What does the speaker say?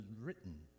written